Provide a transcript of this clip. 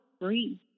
free